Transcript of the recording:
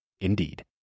Indeed